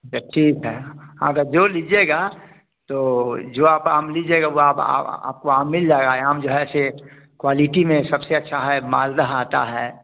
अच्छा ठीक है हाँ तो जो लीजिएगा तो जो आप काम लीजिएगा वह आपको आम मिल जाएगा आम जो है से क्वालिटी में सबसे अच्छा है मालदा आता है